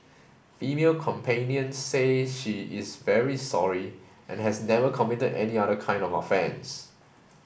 female companion says she is very sorry and has never committed any other kind of offence